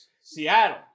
seattle